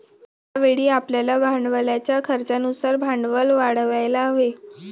यावेळी आपल्याला भांडवलाच्या खर्चानुसार भांडवल वाढवायला हवे